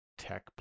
tech